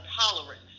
tolerance